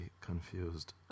confused